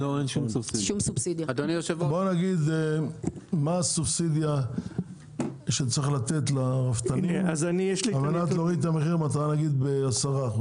מה הסובסידיה שצריך לתת לרפתנים בכוונה להוריד את מחיר המטרה ב-10%?